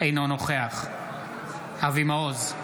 אינו נוכח אבי מעוז,